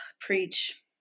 preach